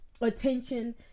attention